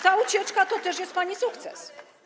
Ta ucieczka to też jest pani sukces.